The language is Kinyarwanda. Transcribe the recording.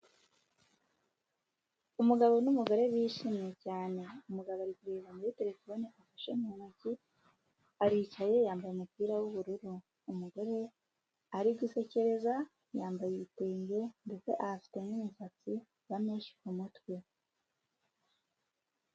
Umugabo n'umugore bishimye cyane, umugabo ari kureba muri terefone afashe mu ntoki, aricaye yambaye umupira w'ubururu, umugore ari gusekereza, yambaye ibitenge ndetse afite n'imisatsi na menshi ku mutwe.